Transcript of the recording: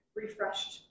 refreshed